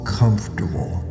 comfortable